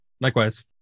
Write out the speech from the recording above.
Likewise